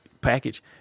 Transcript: Package